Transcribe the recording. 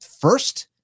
first